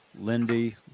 lindy